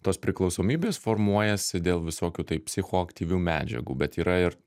tos priklausomybės formuojasi dėl visokių tai psichoaktyvių medžiagų bet yra ir